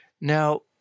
Now